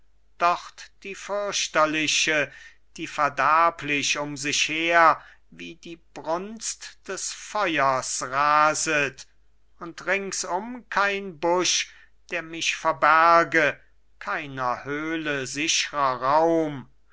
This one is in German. dort die fürchterliche die verderblich um sich her wie die brunst des feuers raset und ringsum kein busch der mich verbärge keiner höhle sichrer raum